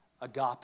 agape